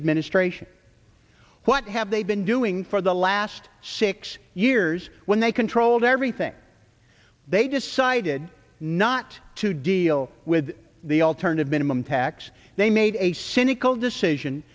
administration what have they been doing for the last six years when they controlled everything they decided not to deal with the alternative minimum tax they made a cynical decision